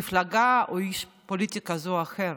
ממפלגה או מאיש פוליטי כזה או אחר.